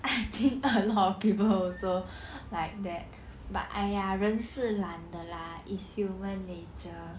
I think a lot of people also like that but !aiya! 人是懒的 lah it's human nature